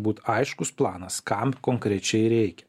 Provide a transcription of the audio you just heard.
būt aiškus planas kam konkrečiai reikia